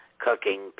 cooking